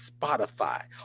Spotify